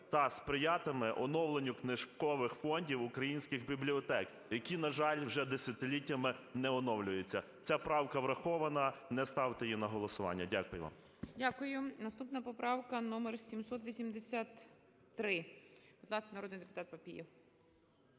та сприятиме оновленню книжкових фондів українських бібліотек, які, на жаль, вже десятиліттями не оновлюються. Ця правка врахована. Не ставте її на голосування. Дякую вам. ГОЛОВУЮЧИЙ. Дякую. Наступна поправка - номер 783. Будь ласка, народний депутат Папієв.